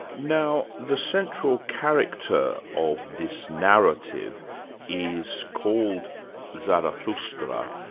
now the central character of this narrative is called zarathustra,